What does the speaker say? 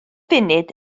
funud